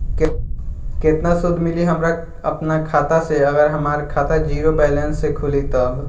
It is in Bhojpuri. केतना सूद मिली हमरा अपना खाता से अगर हमार खाता ज़ीरो बैलेंस से खुली तब?